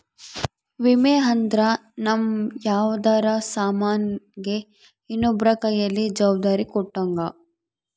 ವಿಮೆ ಅಂದ್ರ ನಮ್ ಯಾವ್ದರ ಸಾಮನ್ ಗೆ ಇನ್ನೊಬ್ರ ಕೈಯಲ್ಲಿ ಜವಾಬ್ದಾರಿ ಕೊಟ್ಟಂಗ